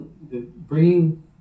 bringing